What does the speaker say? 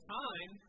time